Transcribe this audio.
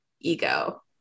ego